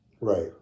Right